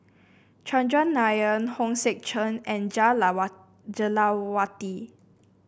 Chandran Nair Hong Sek Chern and Jah Jah Lelawati